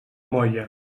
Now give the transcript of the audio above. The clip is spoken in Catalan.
molla